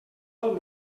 del